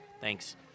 Thanks